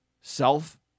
Self